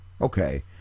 Okay